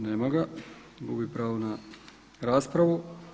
Nema ga, gubi pravo na raspravu.